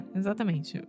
exatamente